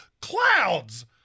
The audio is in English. clouds